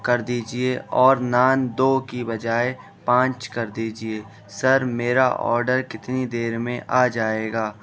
کر دیجیے اور نان دو کی بجائے پانچ کر دیجیے سر میرا اوڈر کتنی دیر میں آجائے گا